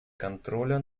контроля